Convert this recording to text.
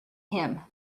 him